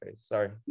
sorry